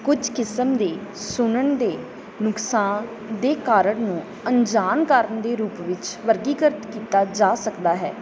ਕੁਝ ਕਿਸਮ ਦੇ ਸੁਣਨ ਦੇ ਨੁਕਸਾਨ ਦੇ ਕਾਰਨ ਨੂੰ ਅਣਜਾਣ ਕਾਰਨ ਦੇ ਰੂਪ ਵਿੱਚ ਵਰਗੀਕ੍ਰਿਤ ਕੀਤਾ ਜਾ ਸਕਦਾ ਹੈ